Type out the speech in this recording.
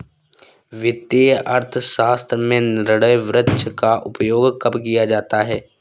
वित्तीय अर्थशास्त्र में निर्णय वृक्ष का उपयोग कब किया जाता है?